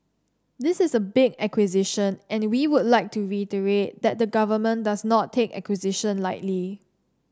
this is a big acquisition and we would like to reiterate that the government does not take acquisition lightly